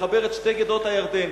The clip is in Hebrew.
לחבר את שתי גדות הירדן.